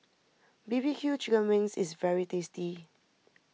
B B Q Chicken Wings is very tasty